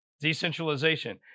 decentralization